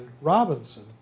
Robinson